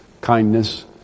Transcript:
kindness